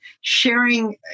sharing